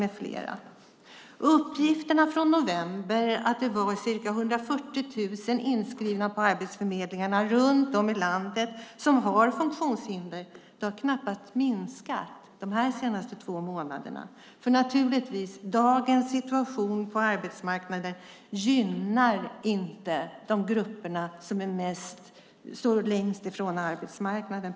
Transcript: Det finns uppgifter från november om att ca 140 000 med funktionshinder är inskrivna på arbetsförmedlingarna runt om i landet. De har knappast minskat de två senaste månaderna. Dagens situation på arbetsmarknaden gynnar naturligtvis inte de grupper som står längst från arbetsmarknaden.